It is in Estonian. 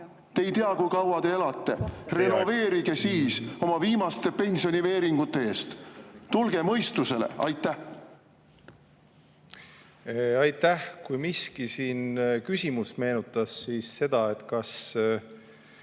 Te ei tea, kui kaua te elate, renoveerige siis oma viimaste pensioniveeringute eest. Tulge mõistusele! Aitäh! Kui miski siin küsimust meenutas, siis see, kas